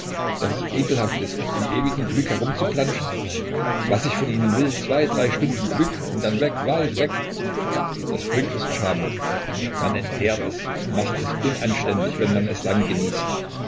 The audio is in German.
daß es ekelhaft ist in ewigem glück herumzuplantschen was ich von ihnen will zwei drei stunden glück und dann weg weit weg das glück ist schamhaft man entehrt es macht es unanständig wenn man es lange genießt